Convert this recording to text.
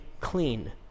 clean